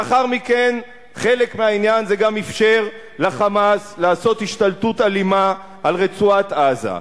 לאחר מכן זה גם אפשר ל"חמאס" לעשות השתלטות אלימה על רצועת-עזה,